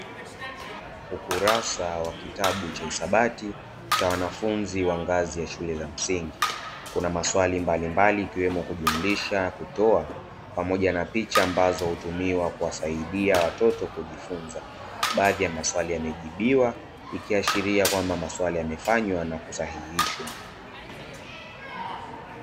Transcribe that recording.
Ukurasa wa kitabu cha hisabati, cha wanafunzi wa ngazi za shule za msingi, kuna maswali mbalimbali ikiwemo; kujumlisha, kutoa pamoja na picha ambazo hutumiwa kuwasaidia watoto kujifunza. Baadhi ya maswali yamejibiwa, ikiashiria kwamba maswali yamefanywa na kusahihishwa.